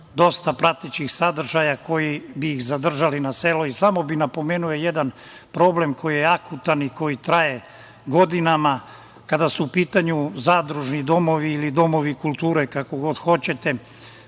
dosta pratećih sadržaja koji bi ih zadržali na selu. Samo bih napomenuo jedan problem koji je akutan i koji traje godinama, kada su u pitanju zadružni domovi ili domovi kulture, kako god hoćete,